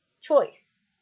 choice